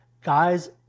Guys